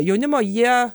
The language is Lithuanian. jaunimo jie